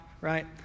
right